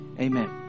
Amen